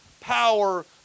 power